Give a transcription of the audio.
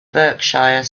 berkshire